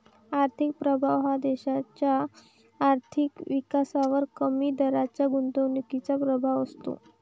आर्थिक प्रभाव हा देशाच्या आर्थिक विकासावर कमी दराच्या गुंतवणुकीचा प्रभाव असतो